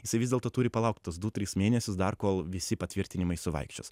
jisai vis dėlto turi palaukt tuos du tris mėnesius dar kol visi patvirtinimai suvaikščios